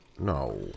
No